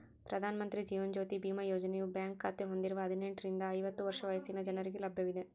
ಪ್ರಧಾನ ಮಂತ್ರಿ ಜೀವನ ಜ್ಯೋತಿ ಬಿಮಾ ಯೋಜನೆಯು ಬ್ಯಾಂಕ್ ಖಾತೆ ಹೊಂದಿರುವ ಹದಿನೆಂಟುರಿಂದ ಐವತ್ತು ವರ್ಷ ವಯಸ್ಸಿನ ಜನರಿಗೆ ಲಭ್ಯವಿದೆ